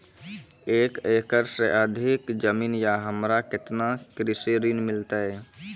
एक एकरऽ से अधिक जमीन या हमरा केतना कृषि ऋण मिलते?